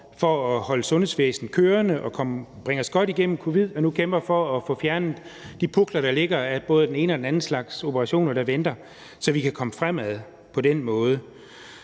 for at holde sundhedsvæsenet kørende og bringe os godt igennem covid, og nu kæmper de for at få fjernet de pukler, der ligger af både den ene og anden slags operationer, der venter, så vi kan komme fremad på den måde.